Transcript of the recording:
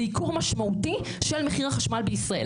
זה ייקור משמעותי של מחיר החשמל בישראל.